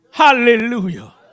Hallelujah